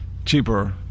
Cheaper